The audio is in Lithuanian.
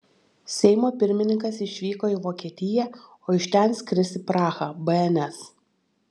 seimo pirmininkas išvyko į vokietiją o iš ten skris į prahą bns